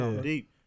Deep